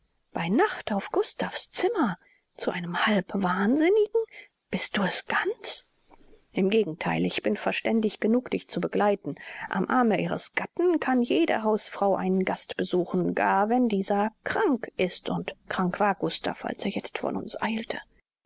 bei nacht auf gustav's zimmer zu einem halbwahnsinnigen bist du es ganz im gegentheil ich bin verständig genug dich zu begleiten am arme ihres gatten kann jede hausfrau einen gast besuchen gar wenn dieser krank ist und krank war gustav als er jetzt von uns eilte